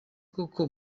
koko